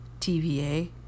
TVA